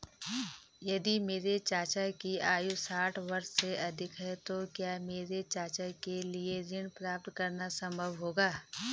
यदि मेरे चाचा की आयु साठ वर्ष से अधिक है तो क्या मेरे चाचा के लिए ऋण प्राप्त करना संभव होगा?